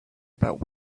about